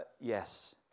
yes